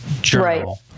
journal